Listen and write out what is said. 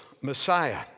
Messiah